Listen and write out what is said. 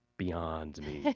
beyond meat.